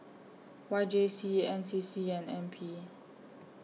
Y J C N C C and N P